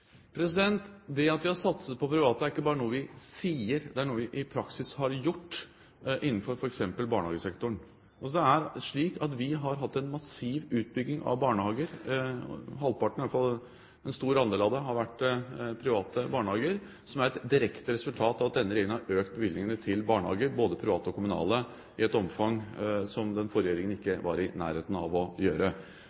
Det at vi har satset på private, er ikke bare noe vi sier, det er noe vi i praksis har gjort innenfor f.eks. barnehagesektoren. Det er slik at vi har hatt en massiv utbygging av barnehager. Halvparten, eller i hvert fall en stor andel, har vært private barnehager, som er et direkte resultat av at denne regjeringen har økt bevilgningene til barnehager, både private og kommunale, i et omfang som den forrige regjeringen ikke var i nærheten av å gjøre. Derfor er det ikke